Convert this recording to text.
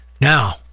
now